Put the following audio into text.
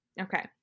okay